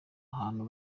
ahantu